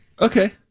Okay